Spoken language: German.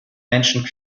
menschen